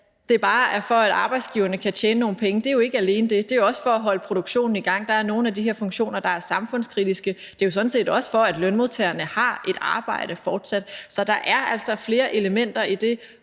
til det om, at arbejdsgiverne bare kan tjene nogle penge, så er det jo ikke alene det – det er jo også for at holde produktionen i gang. Der er nogle af de her funktioner, der er samfundskritiske. Det er jo sådan set også for, at lønmodtagerne har et arbejde fortsat. Så der er altså flere elementer i det,